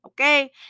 Okay